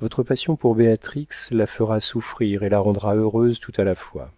votre passion pour béatrix la fera souffrir et la rendra heureuse tout à la fois